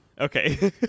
Okay